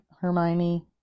Hermione